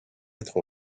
être